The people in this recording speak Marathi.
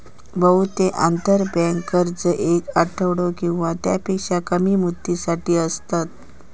बहुतेक आंतरबँक कर्ज येक आठवडो किंवा त्यापेक्षा कमी मुदतीसाठी असतत